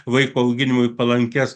vaiko auginimui palankias